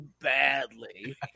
badly